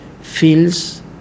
feels